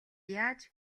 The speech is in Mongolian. яаж